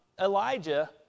Elijah